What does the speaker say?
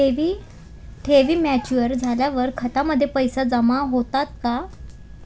ठेवी मॅच्युअर झाल्यावर खात्यामध्ये पैसे जमा होतात का?